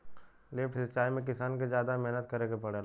lift सिचाई में किसान के जादा मेहनत करे के पड़ेला